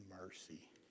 mercy